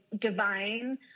divine